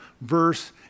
verse